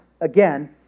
again